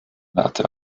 werte